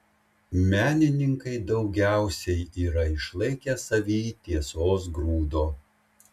menininkai daugiausiai yra išlaikę savyj tiesos grūdo